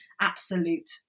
Absolute